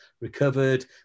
recovered